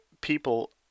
people